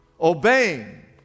obeying